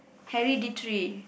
hereditary